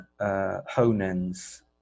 Honen's